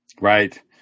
Right